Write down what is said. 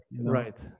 Right